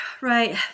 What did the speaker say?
right